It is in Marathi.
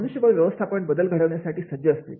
मनुष्यबळ व्यवस्थापन बदल घडवण्यासाठी सज्ज असते